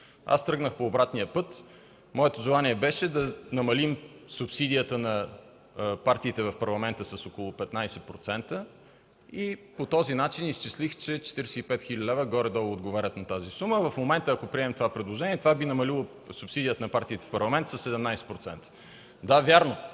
Аз тръгнах по обратния път. Моето желание беше да намалим субсидиите на партиите в Парламента с около 15% и по този начин изчислих, че горе-долу 45 хил. лв. отговарят на тази сума. Ако приемем това предложение в момента, това би намалило субсидиите на партиите в Парламента със 17%. Да, вярно,